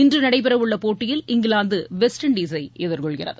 இன்றுநடைபெறவுள்ளபோட்டியில் England west இண்டசைஎதிர்கொள்கிறது